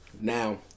Now